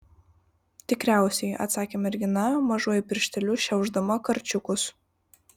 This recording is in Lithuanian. tikriausiai atsakė mergina mažuoju piršteliu šiaušdama karčiukus